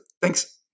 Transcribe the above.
Thanks